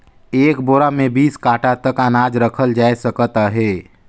एक बोरा मे बीस काठा तक अनाज रखल जाए सकत अहे